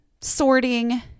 sorting